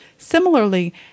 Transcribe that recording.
Similarly